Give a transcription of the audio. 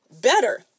better